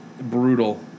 brutal